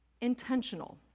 intentional